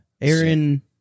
Aaron